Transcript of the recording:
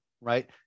right